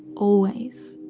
always.